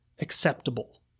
acceptable